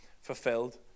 fulfilled